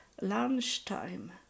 lunchtime